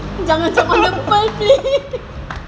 jangan choke on the pearl please